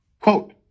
Quote